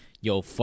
Yo